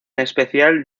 especial